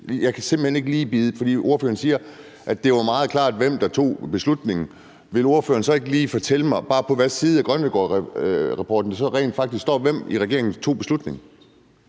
jeg kan simpelt hen ikke lige se det. Ordføreren siger, at det var meget klart, hvem der tog beslutningen. Vil ordføreren så ikke bare lige fortælle mig, på hvilken side i Grønnegårdrapporten det rent faktisk står, hvem i regeringen der tog beslutningen?